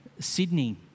Sydney